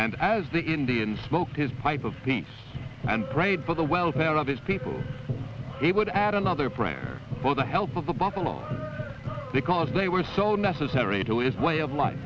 and as the indian smoked his pipe of peace and prayed for the welfare of his people he would add another prayer for the help of the buffalo because they were so necessary to its way of life